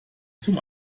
zum